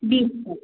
बीस है